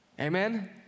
Amen